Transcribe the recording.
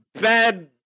bad